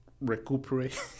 recuperate